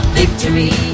victory